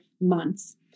months